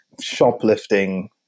shoplifting